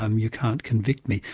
um you can't convict me.